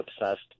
obsessed